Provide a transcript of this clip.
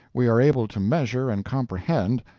we are able to measure and comprehend,